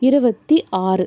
இருபத்தி ஆறு